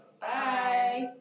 Bye